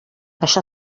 això